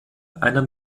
einer